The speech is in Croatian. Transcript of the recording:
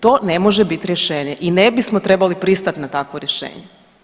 To ne može biti rješenje i ne bismo trebali pristati na takvo rješenje.